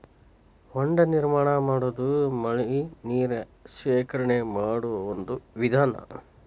ಹೊಂಡಾ ನಿರ್ಮಾಣಾ ಮಾಡುದು ಮಳಿ ನೇರ ಶೇಖರಣೆ ಮಾಡು ಒಂದ ವಿಧಾನಾ